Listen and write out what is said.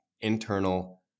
internal